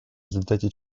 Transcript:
результате